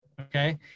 Okay